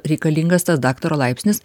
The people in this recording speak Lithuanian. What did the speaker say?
reikalingas tas daktaro laipsnis